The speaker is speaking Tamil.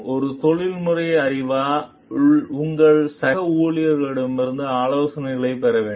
ஒரு தொழில்முறை அறிவாக உங்கள் சக ஊழியர்களிடமிருந்து ஆலோசனையைப் பெற வேண்டும்